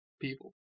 people